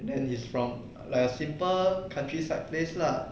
and then he's from like a simple countryside place lah